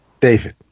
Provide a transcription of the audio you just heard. David